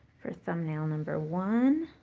for thumbnail number one.